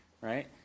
right